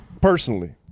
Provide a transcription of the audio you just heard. personally